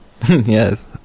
Yes